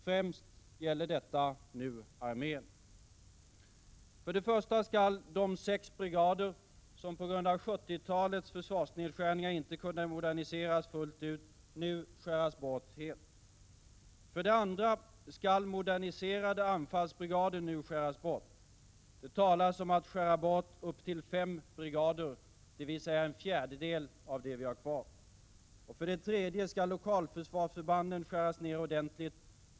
Främst gäller detta nu armén. För det första skall de sex brigader som på grund av 1970-talets försvarsnedskärningar inte kunde moderniseras fullt ut nu helt skäras bort. För det andra skall moderniserade anfallsbrigader nu skäras bort. Det talas om att skära bort upp till fem brigader, dvs. en fjärdedel av det vi har kvar. För det tredje skall lokalförsvarsförbanden skäras ned ordentligt.